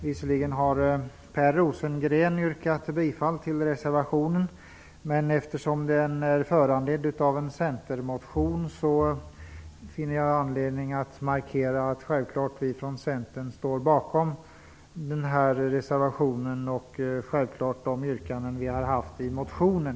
Visserligen har Per Rosengren yrkat bifall till reservationen, men eftersom den är föranledd av en centermotion finner jag anledning att markera att vi från Centern självfallet står bakom reservationen och också de yrkanden vi har fört fram i motionen.